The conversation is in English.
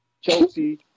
Chelsea